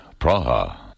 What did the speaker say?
Praha